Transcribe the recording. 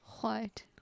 white